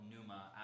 Numa